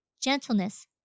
Gentleness